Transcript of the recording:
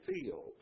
field